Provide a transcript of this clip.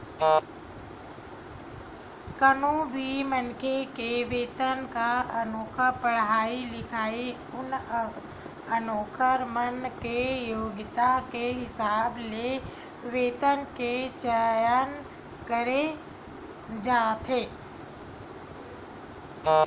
कोनो भी मनखे के वेतन ह ओखर पड़हाई लिखई अउ ओखर मन के योग्यता के हिसाब ले वेतन के चयन करे जाथे